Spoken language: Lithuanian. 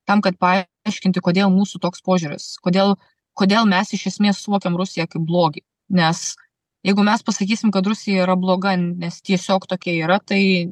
tam kad paaiškinti kodėl mūsų toks požiūris kodėl kodėl mes iš esmės suvokiam rusiją kaip blogį nes jeigu mes pasakysim kad rusija yra bloga nes tiesiog tokie yra tai